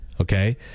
Okay